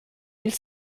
mille